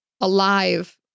alive